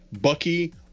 Bucky